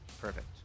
Perfect